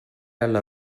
alla